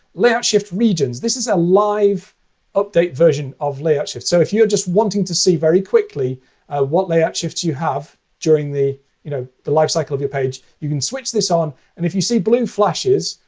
layout shift regions this is a live update version of layout shift. so if you're just wanting to see very quickly what layout shifts you have during the you know the lifecycle of your page, you can switch this on. and if you see blue flashes,